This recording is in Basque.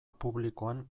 publikoan